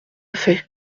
fait